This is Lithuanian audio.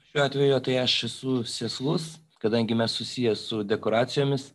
šiuo atveju tai aš esu sėslus kadangi mes susiję su dekoracijomis